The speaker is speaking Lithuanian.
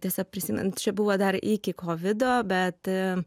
tiesa prisimint čia buvo dar iki kovido bet